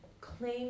claim